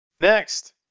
Next